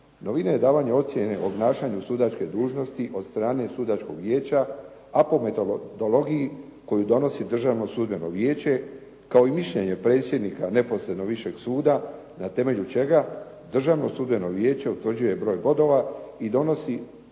Novina je davanje ocjene obnašanju sudačke dužnosti od strane sudačkog vijeća a po metodologiji koju donosi državno sudbeno vijeće kao i mišljenje predsjednika neposrednog višeg suda, na temelju čega državno sudbeno vijeće utvrđuje broj bodova i donosi